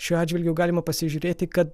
šiuo atžvilgiu galima pasižiūrėti kad